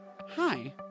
hi